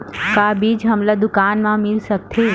का बीज हमला दुकान म मिल सकत हे?